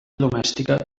domèstica